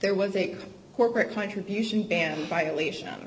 there was a corporate contribution ban violation